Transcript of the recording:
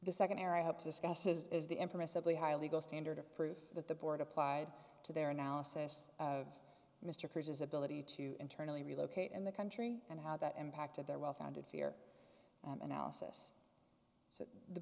is the impermissibly high legal standard of proof that the board applied to their analysis of mr cruise's ability to internally relocate in the country and how that impacted their well founded fear analysis th